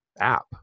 app